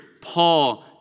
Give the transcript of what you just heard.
Paul